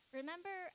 Remember